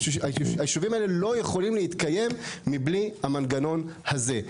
הישובים האלה לא יכולים להתקיים מבלי המנגנון הזה.